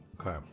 Okay